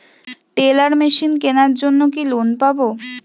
Teller machine কেনার জন্য কি লোন পাব?